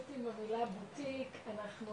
רק התייחסות למילה בוטיק, אנחנו